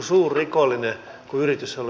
se työ on menossa